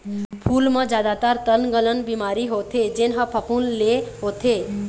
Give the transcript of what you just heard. फूल म जादातर तनगलन बिमारी होथे जेन ह फफूंद ले होथे